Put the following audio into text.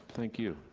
thank you.